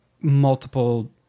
multiple